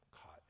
caught